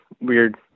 weird